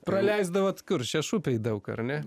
praleisdavot kur šešupėj daug ar ne